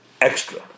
Extra